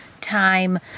time